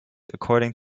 according